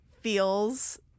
feels